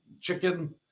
chicken